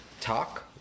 Talk